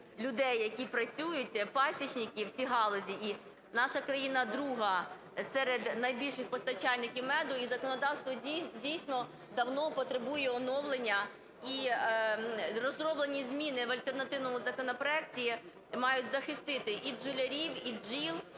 людей, які працюють, пасічників, в цій галузі, і наша країна друга серед найбільших постачальників меду, і законодавство дійсно давно потребує оновлення. І розроблені зміни в альтернативному законопроекті мають захистити і бджолярів, і бджіл.